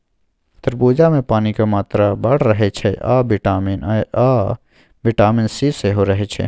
तरबुजामे पानिक मात्रा बड़ रहय छै आ बिटामिन ए आ बिटामिन सी सेहो रहय छै